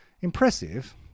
Impressive